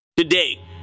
Today